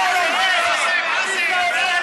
זה נראה לך הגיוני,